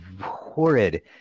horrid